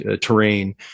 terrain